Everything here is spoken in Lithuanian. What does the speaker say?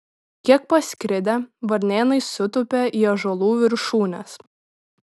kiek paskridę varnėnai sutūpė į ąžuolų viršūnes